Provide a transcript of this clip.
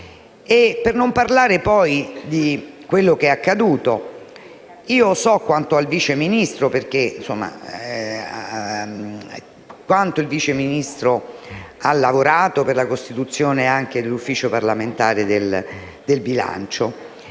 Per non parlare, poi, di quello che è accaduto. So quanto il Vice Ministro ha lavorato per la costituzione dell'Ufficio parlamentare di bilancio